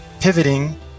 pivoting